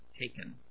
taken